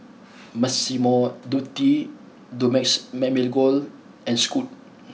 Massimo Dutti Dumex Mamil Gold and Scoot